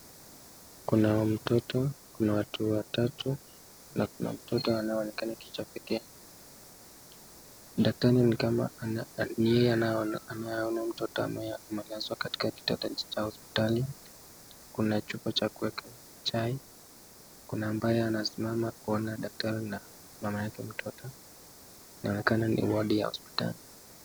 Kuna mtoto, kuna watu watatu na kuna mtoto anayeonekana akiwa pekee. Daktari ni kama yeye ndio anayoona mtoto amelazwa katika kitanda cha hospitali. Kuna chupa cha kuweka chai, kuna ambaye anasimama kuona daktari na mama yake mtoto. Inaonekana ni wodi ya hospitali.